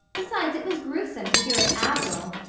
besides, it was gruesome to hear of averil,